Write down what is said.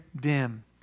dim